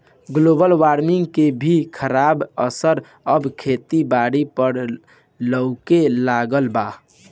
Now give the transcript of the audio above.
global warming के भी खराब असर अब खेती बारी पर लऊके लगल बा